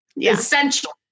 essential